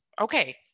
okay